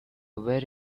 very